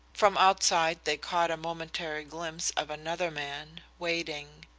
from outside they caught a momentary glimpse of another man, waiting.